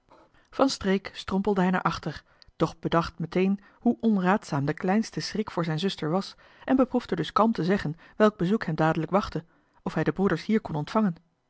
van streek strompelde hij naar achter doch bedacht meteen hoe onraadzaam de kleinste schrik voor zijn zuster was en beproefde dus kalm te zeggen welk bezoek hem dadelijk wachtte of hij de broeders hier kon ontvangen